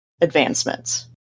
advancements